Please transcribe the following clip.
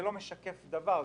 לא משקף דבר.